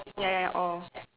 ya ya orh